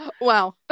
Wow